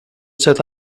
south